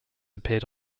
appeared